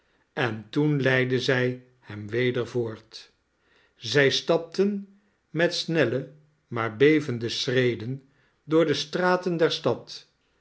en toen leidde zij hem weder voort zij stapten met snelle maar bevende schreden door de straten der stad